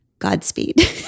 Godspeed